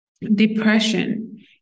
Depression